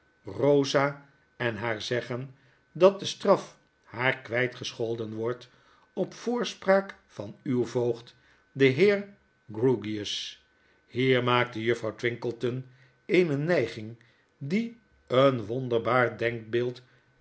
rosa en haar zeggen dat de straf haar kwytgescholden wordt op voorspraak van uw voogd den heer grewgious hier maakte juffrouw twinkleton eene neiging die een wonderbaar